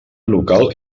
local